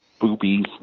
boobies